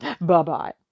Bye-bye